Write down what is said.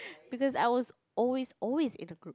because I was always always in a group